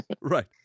right